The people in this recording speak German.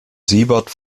siebert